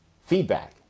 feedback